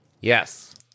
Yes